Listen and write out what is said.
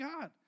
God